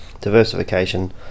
Diversification